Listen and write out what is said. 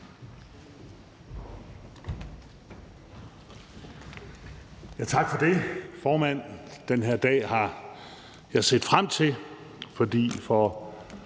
(S): Tak for det, formand. Den her dag har jeg set frem til, for